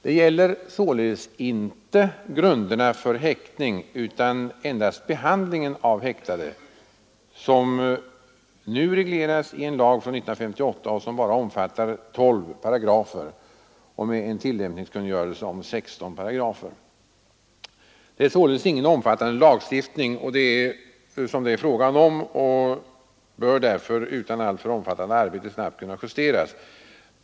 Det gäller således inte grunderna för häktning utan endast behandlingen av häktade, som nu regleras i en lag från 1958 omfattande bara tolv paragrafer och med en tillämpningskungörelse om 16 paragrafer. Det är således inte fråga om någon omfattande lagstiftning, och den bör därför utan alltför omfattande arbete snabbt kunna justeras.